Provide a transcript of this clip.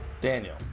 Daniel